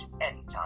anytime